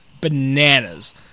Bananas